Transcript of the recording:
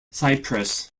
cypress